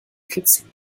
kitzeln